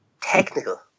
technical